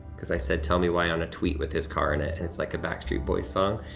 cause i said, tell me why, on a tweet with his car in it, and it's like a backstreet boys song,